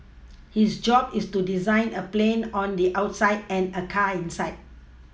his job is to design a plane on the outside and a car inside